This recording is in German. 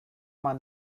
man